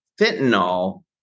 fentanyl